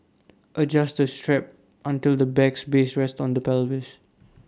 adjust the straps until the bag's base rests on the pelvis